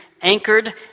Anchored